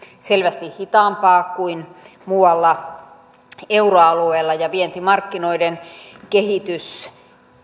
selvästi hitaampaa kuin muualla euroalueella ja vientimarkkinoiden kehitys